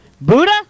Buddha